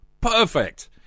perfect